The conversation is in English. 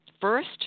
first